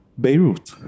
Beirut